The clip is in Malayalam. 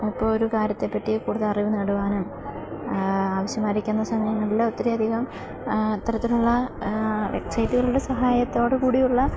ഇപ്പോൾ ഒരു കാര്യത്തെ പറ്റി കൂടുതല് അറിവ് നേടുവാനും ആവശ്യമായിരിക്കുന്ന സമയങ്ങളിൽ ഒത്തിരിയധികം അത്തരത്തിലുള്ള വെബ്സൈറ്റുകളുടെ സഹായത്തോട് കൂടിയുള്ള